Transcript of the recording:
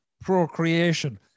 procreation